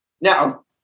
Now